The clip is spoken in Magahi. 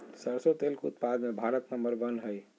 सरसों तेल के उत्पाद मे भारत नंबर वन हइ